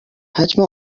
حجم